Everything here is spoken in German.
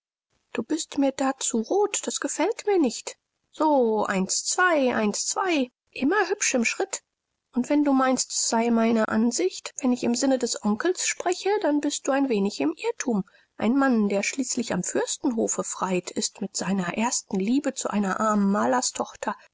du bist mir da zu rot das gefällt mir nicht so eins zwei eins zwei immer hübsch im schritt und wenn du meinst es sei meine ansicht wenn ich im sinne des onkels spreche dann bist du ein wenig im irrtum ein mann der schließlich am fürstenhofe freit ist mit seiner ersten liebe zu einer armen